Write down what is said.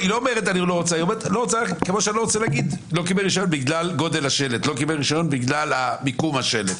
ארצה להגיד שהוא לא קיבל רישיון בגלל גודל השלט או בגלל מיקום השלט.